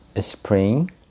spring